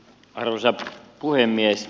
arvoisa puhemies